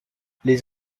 les